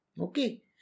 Okay